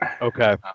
Okay